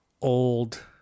old